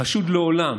חשוד לעולם,